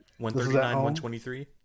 139-123